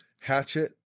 Hatchet